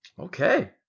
okay